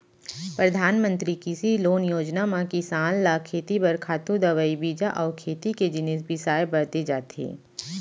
परधानमंतरी कृषि लोन योजना म किसान ल खेती बर खातू, दवई, बीजा अउ खेती के जिनिस बिसाए बर दे जाथे